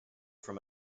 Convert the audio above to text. from